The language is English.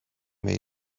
made